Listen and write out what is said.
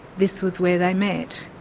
this was where they met.